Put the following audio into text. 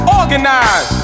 organize